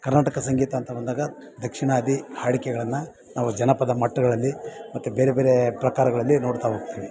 ಕರ್ನಾಟಕ ಸಂಗೀತ ಅಂತ ಬಂದಾಗ ದಕ್ಷಿಣಾದಿ ಹಾಡಿಕೆಗಳನ್ನು ನಾವು ಜನಪದ ಮಟ್ಟಗಳಲ್ಲಿ ಮತ್ತು ಬೇರೆ ಬೇರೆ ಪ್ರಕಾರಗಳಲ್ಲಿ ನೋಡ್ತಾ ಹೋಗ್ತೀವಿ